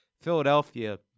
Philadelphia